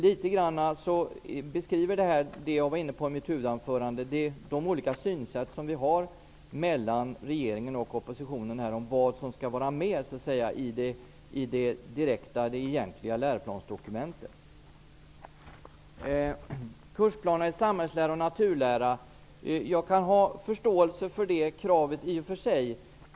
Det beskriver det som jag var inne på i mitt huvudanförande, nämligen regeringens och oppositionens olika synsätt i fråga om vad som finns med i det egentliga läroplansdokumentet. Jag kan i och för sig ha förståelse för kravet på kursplaner i samhällslära och naturlära.